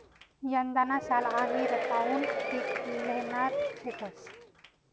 यंदाना साल आमी रताउनं पिक ल्हेणार शेतंस